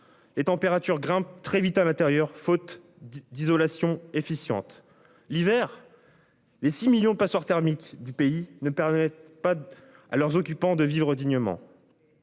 Et températures grimpent très vite à l'intérieur, faute d'isolation efficiente l'hiver. Les 6 millions passoires thermiques du pays ne permettent pas à leurs occupants de vivre dignement.